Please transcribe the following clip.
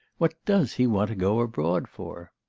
what does he want to go abroad for